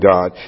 God